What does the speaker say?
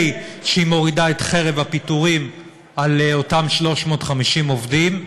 שהיא מורידה את חרב הפיטורים על אותם 350 עובדים,